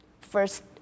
first